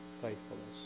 faithfulness